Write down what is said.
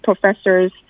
professors